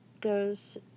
goes